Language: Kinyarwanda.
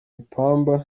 ipamba